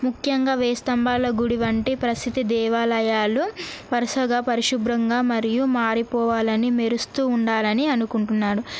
ముఖ్యంగా వెయ్యి స్తంభాల గుడి వంటి ప్రసిద్ది దేవాలయాలు వరుసగా పరిశుభ్రంగా మరియు మారిపోవాలి అని మెరుస్తు ఉండాలి అని అనుకుంటున్నారు